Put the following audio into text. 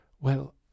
Well